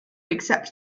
accept